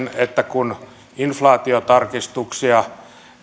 kun inflaatiotarkistuksia